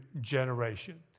generation